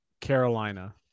Carolina